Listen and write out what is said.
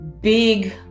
big